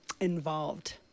involved